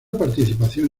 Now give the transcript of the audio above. participación